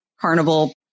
carnival